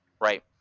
right